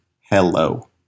hello